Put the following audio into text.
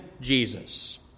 Jesus